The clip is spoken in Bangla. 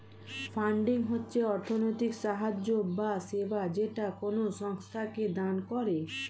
ফান্ডিং হচ্ছে অর্থনৈতিক সাহায্য বা সেবা যেটা কোনো সংস্থাকে দান করে